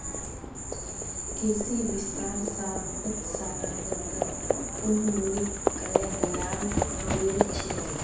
कृषि विस्तार स बहुत सारा जंगल उन्मूलित करे दयाल गेल छेक